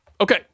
Okay